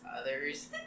others